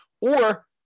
Or-